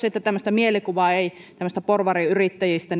että tämmöistä mielikuvaa ei tämmöisistä porvariyrittäjistä